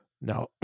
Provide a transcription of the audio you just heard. Now